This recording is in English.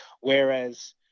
Whereas